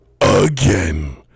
again